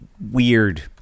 weird